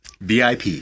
VIP